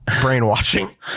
brainwashing